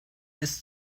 ist